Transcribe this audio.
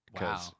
Wow